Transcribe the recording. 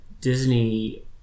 Disney